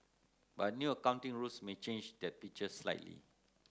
but new accounting rules may change that picture slightly